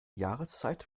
jahreszeit